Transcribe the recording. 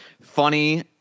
funny